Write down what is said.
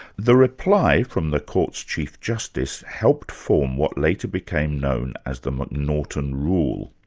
the reply from the court's chief justice helped form what later became known as the m'naghten rule.